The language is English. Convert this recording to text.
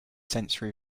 sensory